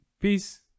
Peace